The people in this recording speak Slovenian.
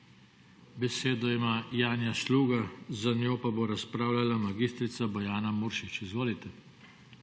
Besedo ima Janja Sluga, za njo pa bo razpravljala mag. Bojana Muršič. Izvolite.